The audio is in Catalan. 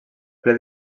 ple